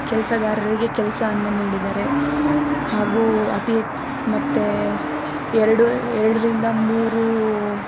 ಕೆಲಸಗಾರ್ರಿಗೆ ಕೆಲಸವನ್ನು ನೀಡಿದ್ದಾರೆ ಹಾಗೂ ಅತಿ ಮತ್ತು ಎರಡು ಎರಡರಿಂದ ಮೂರು